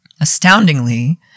Astoundingly